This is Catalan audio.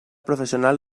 professional